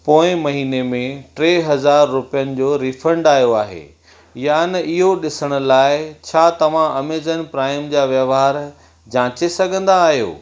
पोएं महीने में टे हज़ार रुपियनि जो रीफंड आयो आहे या न इहो ॾिसण लाइ छा तव्हां ऐमेज़ॉन प्राइम जा वहिंवार जांचे सघंदा आहियो